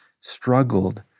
struggled